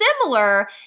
similar